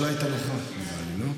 לא, אתה לא היית נוכח, נראה לי.